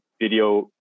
video